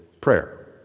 prayer